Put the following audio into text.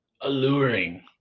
alluring